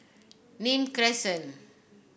Nim Crescent